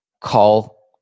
call